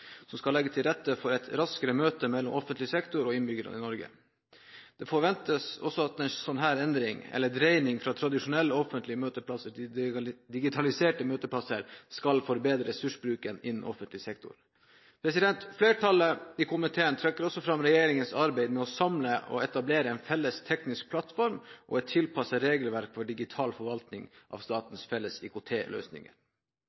som skal legge til rette for et raskere møte mellom offentlig sektor og innbyggerne i Norge. Det forventes også at en slik endring, eller dreining, fra tradisjonelle offentlige møteplasser til digitaliserte møteplasser, skal forbedre ressursbruken innenfor offentlig sektor. Flertallet i komiteen trekker også fram regjeringens arbeid med å samle og etablere en felles teknisk plattform og et tilpasset regelverk for digital forvaltning av